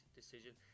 decision